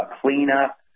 cleanup